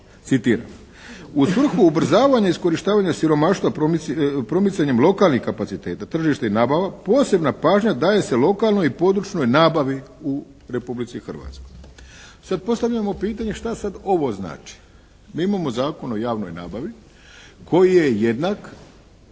citiram: "U svrhu ubrzavanja iskorištavanja siromaštva promicanjem lokalnih kapaciteta, tržište i nabava, posebna pažnja daje se lokalnoj i područnoj nabavi u Republici Hrvatskoj." Sada postavljamo pitanje šta sad ovo znači. Mi imamo Zakon o javnoj nabavi koji je jednak